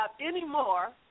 anymore